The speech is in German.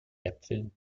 äpfeln